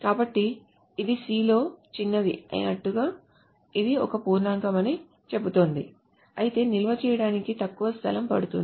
కాబట్టి ఇది C లో చిన్నది అయినట్లుగా ఇది ఒక పూర్ణాంకం అని చెబుతుంది అయితే నిల్వ చేయడానికి తక్కువ స్థలం పడుతుంది